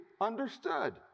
understood